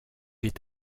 est